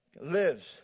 lives